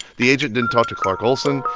the agent didn't talk to clark olsen.